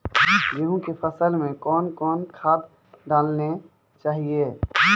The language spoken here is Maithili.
गेहूँ के फसल मे कौन कौन खाद डालने चाहिए?